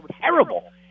terrible